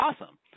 awesome